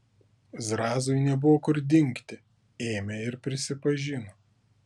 zrazui nebuvo kur dingti ėmė ir prisipažino